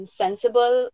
sensible